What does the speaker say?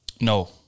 No